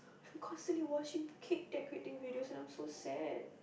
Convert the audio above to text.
I'm constantly watching cake decorating videos and I'm so sad